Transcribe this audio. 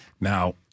Now